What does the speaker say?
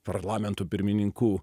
parlamento pirmininkų